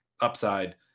upside